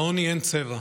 לעוני אין צבע.